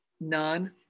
None